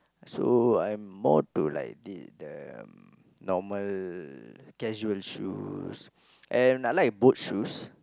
so I'm more to like in the normal casual shoes and I like boot shoes